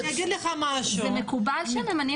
אני אגיד לך משהו --- זה מקובל שממנים